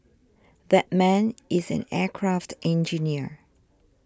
that man is an aircraft engineer